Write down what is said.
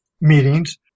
meetings